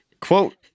Quote